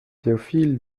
théophile